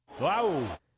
Wow